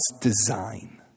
design